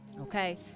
Okay